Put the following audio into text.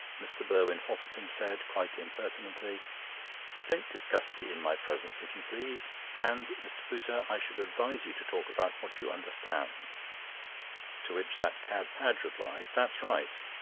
mr. burwin fosselton said quite impertinently don't discuss me in my presence, if you please and, mr. pooter, i should advise you to talk about what you understand to which that cad padge replied that's right.